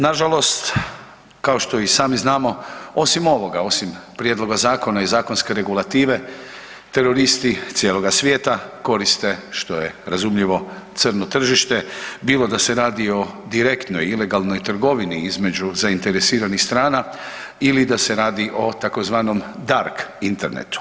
Nažalost, kao što i sami znamo osim ovoga, osim prijedloga zakona i zakonske regulative, teroristi cijeloga svijeta koriste, što je razumljivo, crno tržište bilo da se radi o direktnoj ilegalnoj trgovini između zainteresiranih strana ili da se radi o tzv. dark internetu.